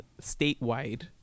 statewide